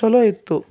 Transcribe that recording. ಚೊಲೋ ಇತ್ತು